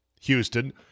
Houston